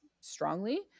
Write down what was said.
strongly